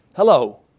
Hello